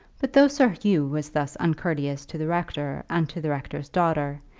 but though sir hugh was thus uncourteous to the rector and to the rector's daughter,